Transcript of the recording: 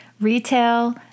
retail